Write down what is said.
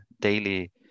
daily